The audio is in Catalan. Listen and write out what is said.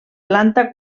planta